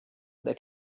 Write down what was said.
that